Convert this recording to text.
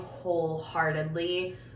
wholeheartedly